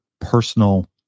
personal